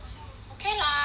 okay lah you